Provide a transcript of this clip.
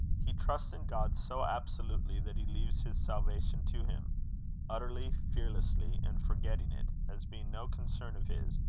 he trusts in god so absolutely, that he leaves his salvation to him utterly, fearlessly and, forgetting it, as being no concern of his,